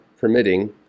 permitting